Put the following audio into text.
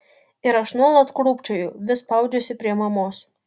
ir aš nuolat krūpčioju vis spaudžiuosi prie mamos